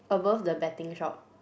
above the betting shop